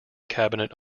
cabinet